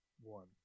one